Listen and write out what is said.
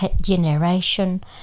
generation